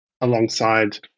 alongside